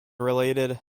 related